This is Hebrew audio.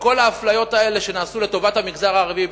וכל האפליות האלה שנעשו לטובת המגזר הערבי,